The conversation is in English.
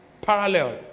Parallel